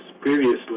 Previously